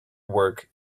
work